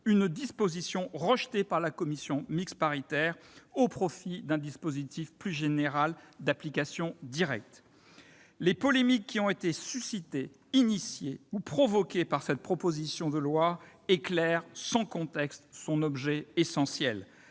une mesure rejetée par la commission mixte paritaire au profit d'un dispositif plus général d'application directe. Les polémiques suscitées, initiées ou provoquées par cette proposition de loi éclairent sans conteste son objet essentiel.